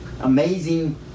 amazing